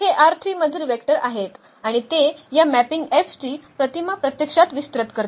हे मधील वेक्टर आहेत आणि ते या मॅपिंग F ची प्रतिमा प्रत्यक्षात विस्तृत करतील